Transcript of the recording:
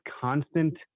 constant